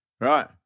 Right